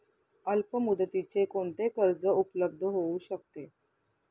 अल्पमुदतीचे कोणते कर्ज उपलब्ध होऊ शकते?